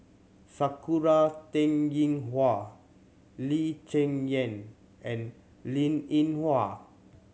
Sakura Teng Ying Hua Lee Cheng Yan and Linn In Hua